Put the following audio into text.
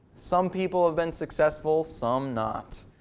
some people have been successful, some not.